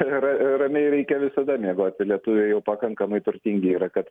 ir ramiai reikia visada miegot lietuviai jau pakankamai turtingi yra kad